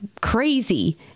crazy